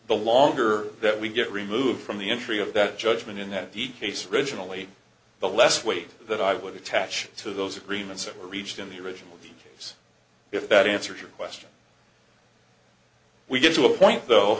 the longer that we get removed from the entry of that judgment in that case originally the less weight that i would attach to those agreements that were reached in the original case if that answers your question we get to a point though